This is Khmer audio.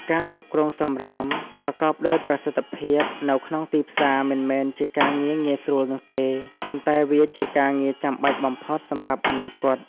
ការគ្រប់គ្រងសំរាមប្រកបដោយប្រសិទ្ធភាពនៅក្នុងទីផ្សារមិនមែនជាការងារងាយស្រួលនោះទេ ប៉ុន្តែវាជាការងារចាំបាច់បំផុតសម្រាប់អនាគត។